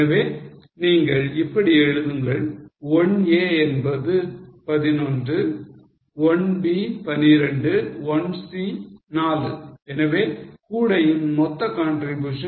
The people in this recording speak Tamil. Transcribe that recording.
எனவே நீங்கள் இப்படி எடுங்கள் 1 a என்பது 11 1 b 12 1 c 4 எனவே கூடையின் மொத்த contribution 27